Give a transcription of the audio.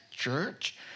church